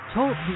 Talk